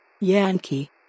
Yankee